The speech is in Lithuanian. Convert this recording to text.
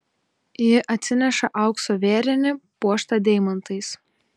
ji atsineša aukso vėrinį puoštą deimantais